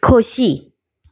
खोशी